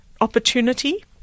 opportunity